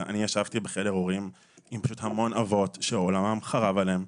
ישבתי בחדר הורים עם המון אבות שעולמם חרב עליהם.